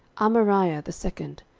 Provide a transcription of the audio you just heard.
amariah the second,